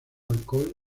alcohol